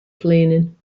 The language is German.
plänen